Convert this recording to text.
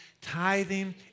Tithing